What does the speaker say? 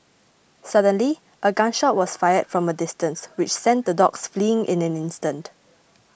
suddenly a gun shot was fired from a distance which sent the dogs fleeing in an instant